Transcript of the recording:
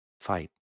Fight